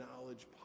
knowledge